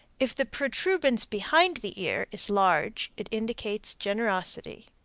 if the protuberance behind the ear is large, it indicates generosity.